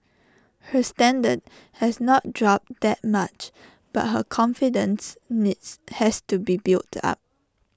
her standard has not dropped that much but her confidence needs has to be built up